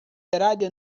radio